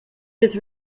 was